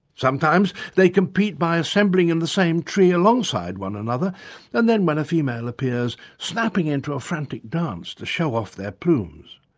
sometimes they compete by assembling in the same tree alongside one another and then when a female appears, snapping into a frantic dance to show off their plumes.